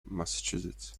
massachusetts